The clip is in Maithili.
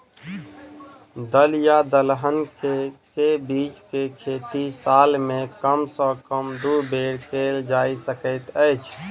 दल या दलहन केँ के बीज केँ खेती साल मे कम सँ कम दु बेर कैल जाय सकैत अछि?